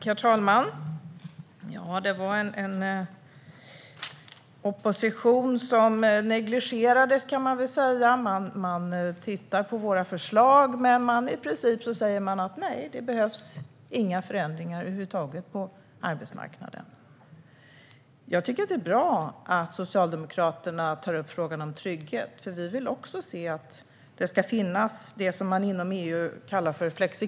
Herr talman! Man kan säga att oppositionen här negligerades. De rödgröna tittar på våra förslag men säger att det i princip inte behövs några förändringar på arbetsmarknaden över huvud taget. Jag tycker att det är bra att Socialdemokraterna tar upp frågan om trygghet. Vi vill också ha det som inom EU kallas flexicurity.